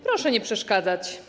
Proszę nie przeszkadzać.